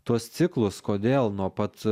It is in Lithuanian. tuos ciklus kodėl nuo pat